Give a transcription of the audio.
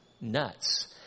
nuts